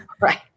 Right